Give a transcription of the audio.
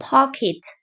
Pocket